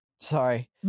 Sorry